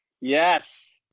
Yes